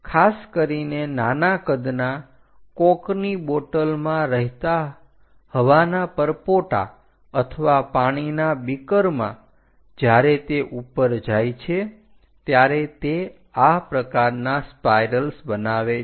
ખાસ કરીને નાના કદના કોક ની બોટલમાં રહેતા હવાના પરપોટા અથવા પાણીના બીકર માં જ્યારે તે ઉપર જાય છે ત્યારે તે આ પ્રકારના સ્પાઇરલ્સ બનાવે છે